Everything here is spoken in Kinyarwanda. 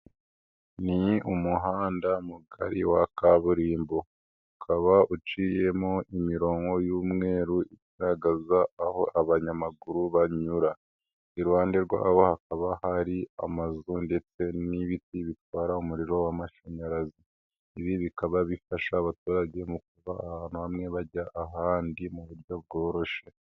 Ni umuhanda mugari wa kaburimbo, ukaba uciyemo imirongo y'umweru igaragaza aho abanyamaguru banyura, iruhande rwabo hakaba hari amazu ndetse n'ibiti bitwara umuriro w'amashanyarazi. Ibi bikaba bifasha abaturage kuva ahantu bamwe bajya ahandi mu buryo bworoshye.